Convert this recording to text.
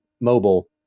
Mobile